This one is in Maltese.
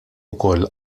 ukoll